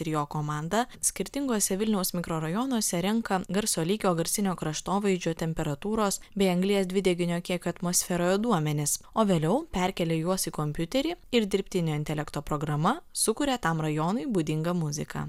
ir jo komanda skirtinguose vilniaus mikrorajonuose renka garso lygio garsinio kraštovaizdžio temperatūros bei anglies dvideginio kiekio atmosferoje duomenis o vėliau perkėlia juos į kompiuterį ir dirbtinio intelekto programa sukuria tam rajonui būdingą muziką